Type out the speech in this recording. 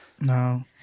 no